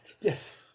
Yes